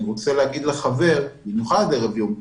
אני רוצה להגיד לחבר, במיוחד ערב יום כיפור,